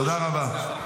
תודה רבה.